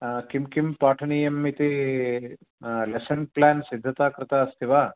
किं किं पाठनीयम् इति लेसन् प्लान् सिद्धता कृता अस्ति वा